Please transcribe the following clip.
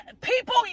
people